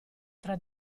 tra